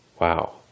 Wow